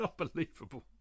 Unbelievable